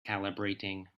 calibrating